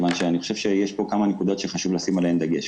מכיוון שאני חושב שיש פה כמה נקודות שחשוב לשים עליהן דגש.